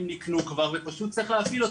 הם ניקנו כבר ופשוט צריך להפעיל אותם.